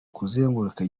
kuzenguruka